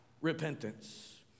repentance